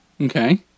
Okay